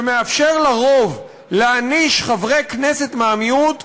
שמאפשר לרוב להעניש חברי כנסת מהמיעוט,